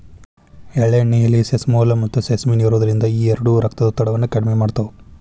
ಎಳ್ಳೆಣ್ಣೆಯಲ್ಲಿ ಸೆಸಮೋಲ್, ಮತ್ತುಸೆಸಮಿನ್ ಇರೋದ್ರಿಂದ ಈ ಎರಡು ರಕ್ತದೊತ್ತಡವನ್ನ ಕಡಿಮೆ ಮಾಡ್ತಾವ